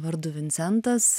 vardu vincentas